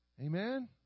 Amen